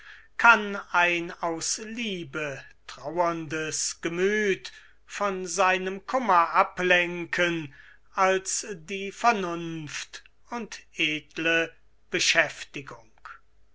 kann ein aus liebe trauerndes gemüth von seinem kummer ablenken als die vernunft und edle beschäftigung